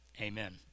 Amen